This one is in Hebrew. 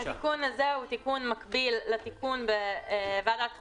התיקון הזה מקביל לתיקון בוועדת חוקה.